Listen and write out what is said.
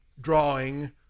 drawing